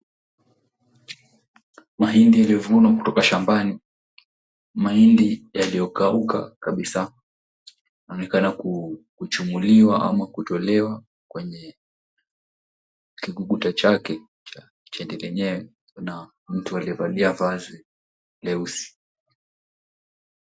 Mahindi yaliyovunwa kutoka shambani, mahindi yaliyokauka kabisa. inaonekana kuchumuliwa ama kutolewa kwenye kikuguta chake kuna mtu aliyevalia vazi leusi.